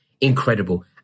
incredible